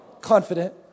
Confident